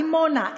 בדימונה,